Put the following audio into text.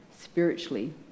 spiritually